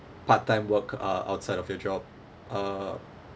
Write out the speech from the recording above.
part time work uh outside of your job uh